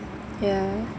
yeah